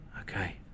Okay